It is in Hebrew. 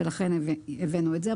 לכן הבאנו את זה.